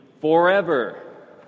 forever